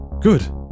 good